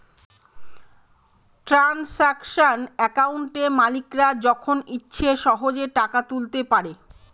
transaction একাউন্টে মালিকরা যখন ইচ্ছে সহেজে টাকা তুলতে পারে